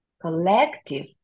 collective